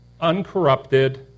uncorrupted